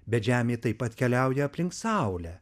bet žemė taip pat keliauja aplink saulę